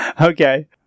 okay